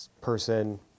Person